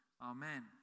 Amen